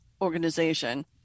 organization